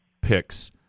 picks